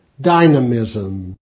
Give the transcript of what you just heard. dynamism